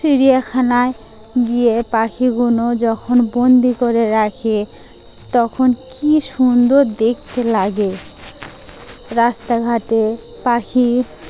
চিড়িয়াখানায় গিয়ে পাখিগুলো যখন বন্দি করে রাখে তখন কী সুন্দর দেখতে লাগে রাস্তাঘাটে পাখি